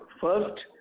first